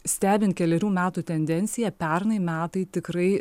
stebint kelerių metų tendenciją pernai metai tikrai